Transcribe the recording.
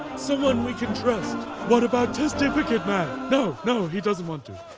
someone we can trust. what about testificate man? no! no. he doesn't want to.